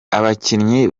abakinnyi